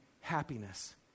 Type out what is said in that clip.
happiness